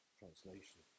translation